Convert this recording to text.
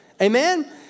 Amen